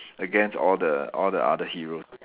against all the all the other heroes